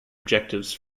objectives